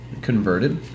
converted